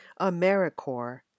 AmeriCorps